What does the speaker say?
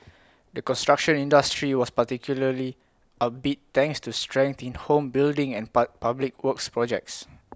the construction industry was particularly upbeat thanks to strength in home building and pub public works projects